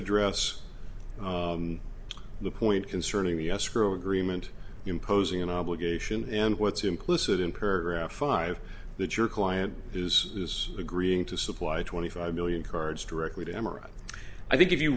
address the point concerning the escrow agreement imposing an obligation and what's implicit in per gram five that your client is is agreeing to supply twenty five million cards directly to memorize i think if you